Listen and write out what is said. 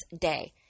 day